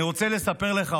אני רוצה לספר לך,